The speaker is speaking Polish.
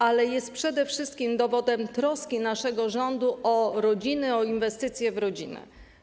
Ale jest przede wszystkim dowodem troski naszego rządu o rodzinę, o inwestycje w rodzinę.